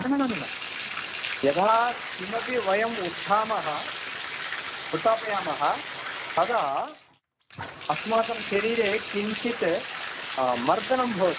न न न न न यदा किमपि वयं उत्तामः उत्थापयामः तदा अस्माकं शरीरे किञ्चित् मर्दनं भवति